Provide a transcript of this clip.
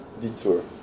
detour